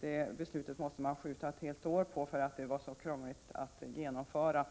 Det beslutet måste skjutas upp ett helt år, för att det var så krångligt att genomföra.